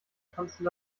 tanzen